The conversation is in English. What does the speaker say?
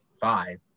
five